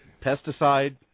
Pesticide